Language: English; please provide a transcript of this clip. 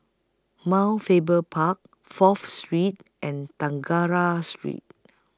Mount Faber Park Fourth Street and Tangara Street